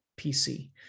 PC